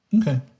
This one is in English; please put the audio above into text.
Okay